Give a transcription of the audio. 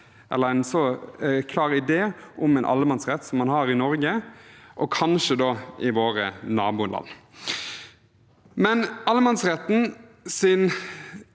eller en så klar idé om en allemannsrett som man har i Norge og kanskje i våre naboland. Men allemannsrettens